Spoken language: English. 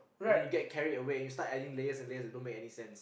and you get carried away you start adding layer and layers that don't make sense